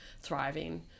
thriving